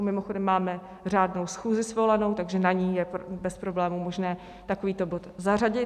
Mimochodem máme řádnou schůzi svolanou, takže na ní je bez problému možné takovýto bod zařadit.